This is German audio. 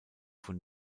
von